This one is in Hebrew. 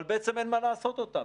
אבל בעצם אין מה לעשות איתם?